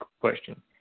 question